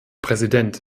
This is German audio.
präsident